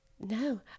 No